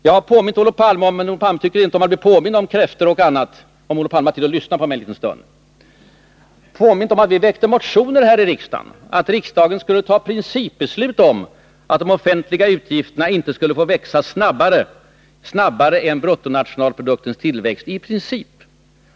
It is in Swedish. Jag har påmint Olof Palme om det, men Olof Palme vill inte bli påmind om kräftor och annat — om Olof Palme har tid att lyssna på mig en liten stund. Jag har påmint om att vi väckte motioner här i riksdagen om att riksdagen skulle ta beslut om att de offentliga utgifterna i princip inte skulle få växa snabbare än bruttonationalprodukten. Har Olof Palme glömt det?